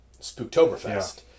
Spooktoberfest